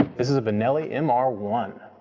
this is a benelli m r one.